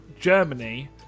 Germany